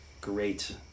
great